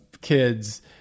kids